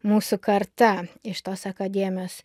mūsų karta iš tos akademijos